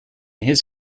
his